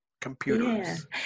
computers